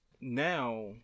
now